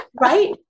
right